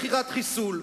מכירת חיסול.